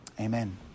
Amen